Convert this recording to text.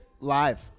live